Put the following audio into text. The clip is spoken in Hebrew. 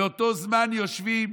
באותו זמן יושבים,